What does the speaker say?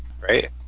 right